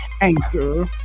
Anchor